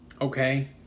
Okay